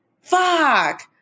Fuck